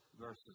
verses